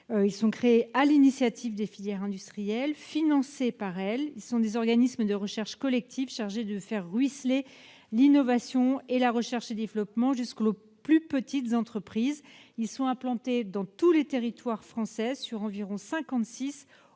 public : créés sur l'initiative des filières industrielles, financés par elles, ils sont des organismes de recherche collective, chargés de faire « ruisseler » l'innovation et la recherche et développement jusqu'aux plus petites entreprises. Ils sont implantés dans les territoires français, sur environ